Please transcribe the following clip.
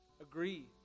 agree